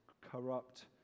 corrupt